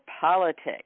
politics